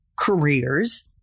careers